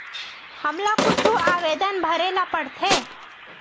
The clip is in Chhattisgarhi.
हमला कुछु आवेदन भरेला पढ़थे?